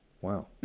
Wow